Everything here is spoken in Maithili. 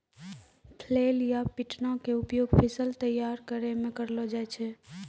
फ्लैल या पिटना के उपयोग फसल तैयार करै मॅ करलो जाय छै